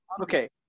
Okay